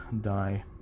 die